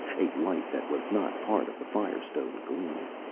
a light that was not part of the fire-stone gleam.